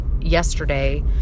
yesterday